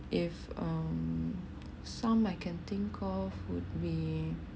if um some I can think of would we